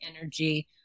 energy